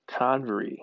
Convery